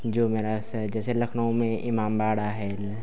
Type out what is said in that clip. जो मेरा से जैसे लखनऊ में इमामबाड़ा है